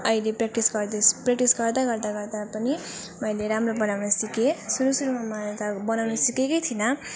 अहिले प्र्याक्टिस गर्दै प्र्याक्टिस गर्दा गर्दा गर्दा पनि मैले राम्रो बनाउन सिकेँ सुरु सुरुमा मलाई त बनाउन सिकेकै थिइनँ